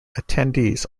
attendees